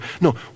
No